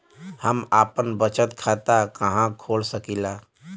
हम आपन बचत खाता कहा खोल सकीला?